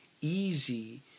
easy